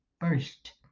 first